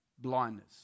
Blindness